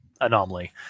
anomaly